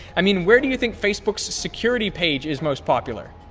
i mean where do you think facebook's security page is most popular?